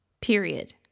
period